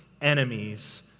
enemies